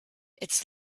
its